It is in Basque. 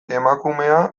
emakumea